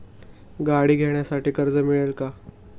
गाडी घेण्यासाठी कर्ज मिळेल का?